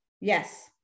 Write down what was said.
Yes